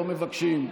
לא מבקשים?